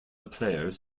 players